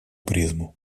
призму